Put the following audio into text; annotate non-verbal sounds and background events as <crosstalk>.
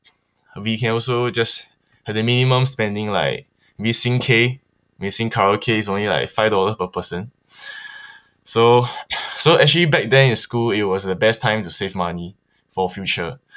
we can also just have the minimum spending like missing K missing karaoke is only like five dollars per person <breath> so so actually back then in school it was the best time to save money for future <breath>